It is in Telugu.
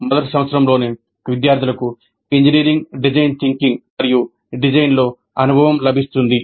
మొదటి సంవత్సరంలోనే విద్యార్థులకు ఇంజనీరింగ్ డిజైన్ థింకింగ్ మరియు డిజైన్లో అనుభవం లభిస్తుంది